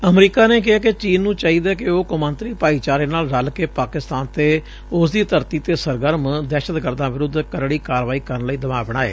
America ਨੇ ਕਿਹੈ ਕਿ ਚੀਨ ਨੂੰ ਚਾਹੀਦੈ ਕਿ ਉਹ ਕੌਮਾਂਤਰੀ ਭਾਈਚਾਰੇ ਨਾਲ ਰੱਲ ਕੇ ਪਾਕਿਸਤਾਨ ਤੇ ਉਸਦੀ ਧਰਤੀ ਤੇ ਸਰਗਰਮ ਦਹਿਸ਼ਤਗਰਦਾਂ ਵਿਰੁੱਧ ਕਰਤੀ ਕਾਰਵਾਈ ਕਰਨ ਲਈ ਦਬਾਅ ਬਣਾਏ